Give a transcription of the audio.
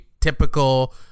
typical